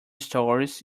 storeys